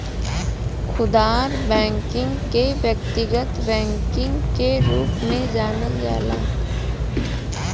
खुदरा बैकिंग के व्यक्तिगत बैकिंग के रूप में जानल जाला